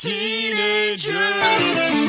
Teenagers